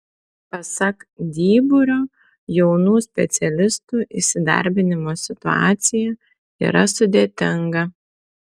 pasak dyburio jaunų specialistų įsidarbinimo situacija yra sudėtinga